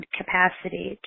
capacity